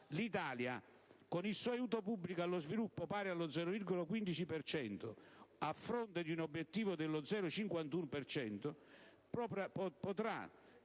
L'Italia, con il suo aiuto pubblico allo sviluppo pari allo 0,15 per cento, a fronte di un obiettivo dello 0,51 per